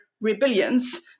rebellions